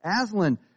Aslan